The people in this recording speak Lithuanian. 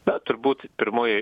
na turbūt pirmoji